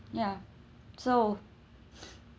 ya so